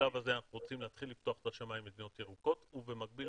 שבשלב הזה אנחנו רוצים להתחיל לפתוח את השמיים למדינות ירוקות ובמקביל,